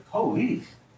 Police